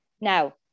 Now